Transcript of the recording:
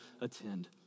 attend